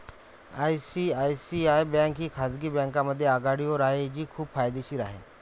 ICICI bank ही खाजगी बँकांमध्ये आघाडीवर आहे जी खूप फायदेशीर आहे